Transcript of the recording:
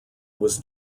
was